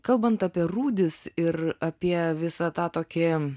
kalbant apie rūdis ir apie visą tą tokį